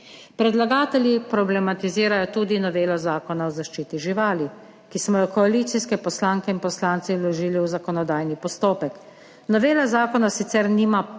Predlagatelji problematizirajo tudi novelo Zakona o zaščiti živali, ki smo jo koalicijske poslanke in poslanci vložili v zakonodajni postopek. Novela zakona sicer nima